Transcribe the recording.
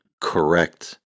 correct